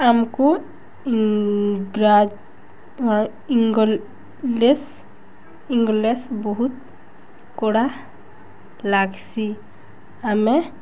ଆମ୍କୁ English English ବହୁତ୍ କଡ଼ା ଲାଗ୍ସି ଆମେ